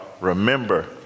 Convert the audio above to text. remember